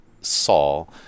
Saul